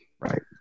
Right